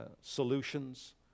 solutions